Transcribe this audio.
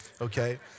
Okay